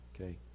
okay